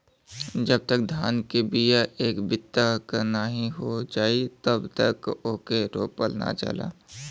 जब तक धान के बिया एक बित्ता क नाहीं हो जाई तब तक ओके रोपल ना जाला